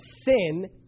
sin